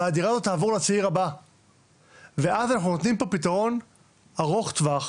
אבל הדירה הזו תעבור לצעיר הבא ואז אנחנו נותנים פה פתרון ארוך טווח,